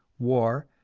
war,